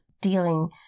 dealing